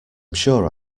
sure